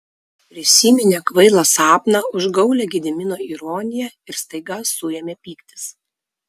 prisiminė kvailą sapną užgaulią gedimino ironiją ir staiga suėmė pyktis